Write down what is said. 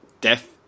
death